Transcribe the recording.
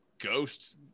ghost